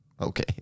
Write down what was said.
Okay